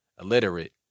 illiterate